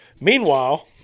Meanwhile